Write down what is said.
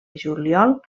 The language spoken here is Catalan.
juliol